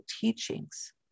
teachings